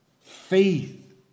faith